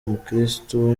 mukristo